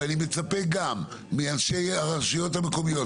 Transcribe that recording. ואני מצפה גם מאנשי הרשויות המקומיות,